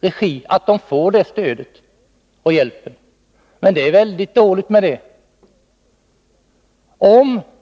Vi bör ge dem det stöd och den hjälp de behöver. Men det är väldigt dåligt med det.